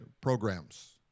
programs